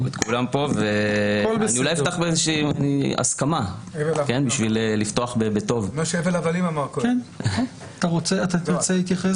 אני אולי אפתח באיזו שהיא הסכמה כדי לפתוח בטוב ----- תרצה להתייחס